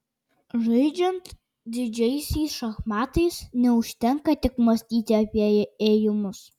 žaidžiant didžiaisiais šachmatais neužtenka tik mąstyti apie ėjimus